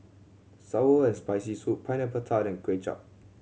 sour and Spicy Soup Pineapple Tart and Kway Chap